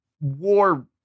war